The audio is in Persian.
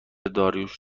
داریوش